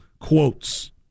quotes